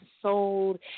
sold